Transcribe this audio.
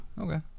Okay